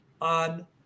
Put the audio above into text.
on